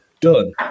done